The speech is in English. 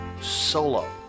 Solo